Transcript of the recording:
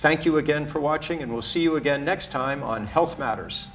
thank you again for watching and we'll see you again next time on health matters